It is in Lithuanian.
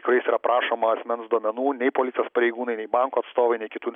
kuriais yra prašoma asmens duomenų nei policijos pareigūnai nei banko atstovai nei kitų